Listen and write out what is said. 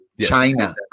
China